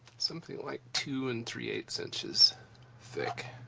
something like two and three eight so inches thick.